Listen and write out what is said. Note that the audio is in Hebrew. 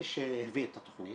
מי שהביא את התכנית,